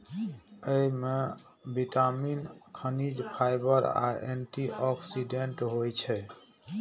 अय मे विटामिन, खनिज, फाइबर आ एंटी ऑक्सीडेंट होइ छै